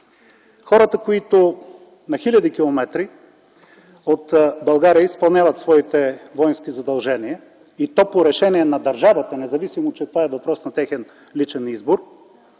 Хората, които на хиляди километри от България изпълняват своите воински задължения и то по решение на държавата, независимо че това е въпрос на техен личен избор,